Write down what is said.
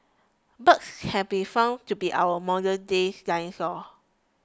birds have been found to be our modernday dinosaurs